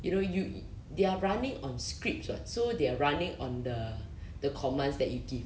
you know you they are running on scripts [what] so they are running on the the commands that you give